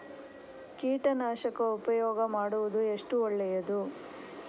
ಕೀಟನಾಶಕ ಉಪಯೋಗ ಮಾಡುವುದು ಎಷ್ಟು ಒಳ್ಳೆಯದು?